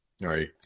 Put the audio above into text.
Right